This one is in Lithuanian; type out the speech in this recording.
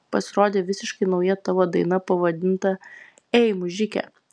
pasirodė visiškai nauja tavo daina pavadinta ei mužike